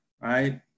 right